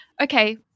okay